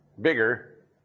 bigger